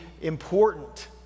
important